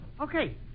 Okay